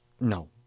No